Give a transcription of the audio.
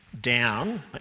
down